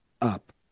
up